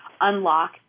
unlock